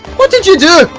what did you do?